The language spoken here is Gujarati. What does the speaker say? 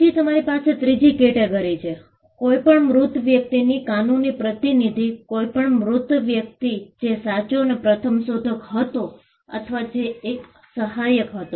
પછી તમારી પાસે ત્રીજી કેટેગરી છે કોઈપણ મૃત વ્યક્તિની કાનૂની પ્રતિનિધિ કોઈપણ મૃત વ્યક્તિ જે સાચો અને પ્રથમ શોધક હતો અથવા જે એક સહાયક હતો